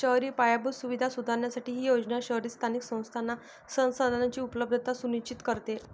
शहरी पायाभूत सुविधा सुधारण्यासाठी ही योजना शहरी स्थानिक संस्थांना संसाधनांची उपलब्धता सुनिश्चित करते